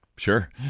Sure